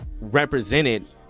represented